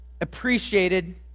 appreciated